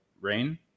rain